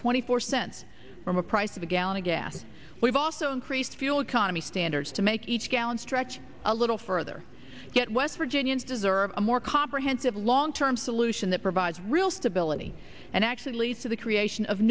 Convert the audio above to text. twenty four cents from a price of a gallon of gas we've also increased fuel economy standards to make each gallon stretch a little further get west virginians deserve a more comprehensive long term solution that provides real stability and actually leads to the creation of